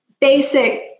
basic